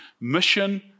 mission